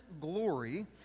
glory